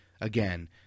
Again